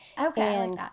Okay